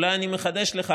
אולי אני מחדש לך,